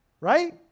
Right